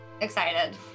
excited